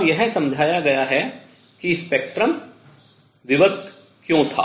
और यह समझाया गया है कि स्पेक्ट्रम विवक्त क्यों था